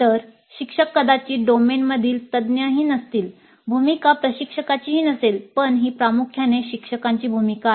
तर शिक्षक कदाचित डोमेनमधील तज्ञही नसतील भूमिका प्रशिक्षकाचीही नसेल पण ही प्रामुख्याने शिक्षकांची भूमिका आहे